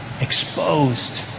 exposed